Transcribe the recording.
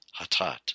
hatat